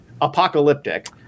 apocalyptic